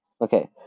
Okay